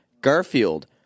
Garfield